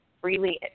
freely